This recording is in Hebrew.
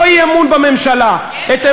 לא אי-אמון בממשלה, זאת התשובה שלך?